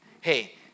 hey